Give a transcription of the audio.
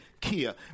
Kia